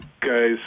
guys